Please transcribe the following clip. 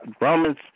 Romans